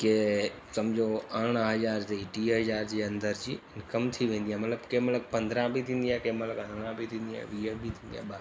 के सम्झो अण आई आहे टीह हज़ार जे अंदरि जी इंकम थी वेंदी आहे मतिलब कंहिंमहिल पंद्राहं बि थींदी आहे कंहिंमहिल अरिड़हं बि थींदी आहे वीह बि थींदी आहे